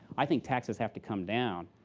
i think taxes have to come down,